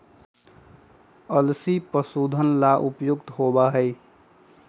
अलसी पशुधन ला उपयुक्त होबा हई